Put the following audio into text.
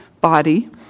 body